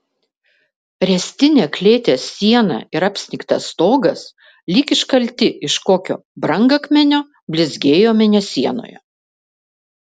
ręstinė klėties siena ir apsnigtas stogas lyg iškalti iš kokio brangakmenio blizgėjo mėnesienoje